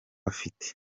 afite